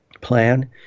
plan